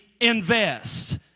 invest